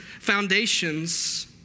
foundations